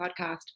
podcast